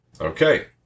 Okay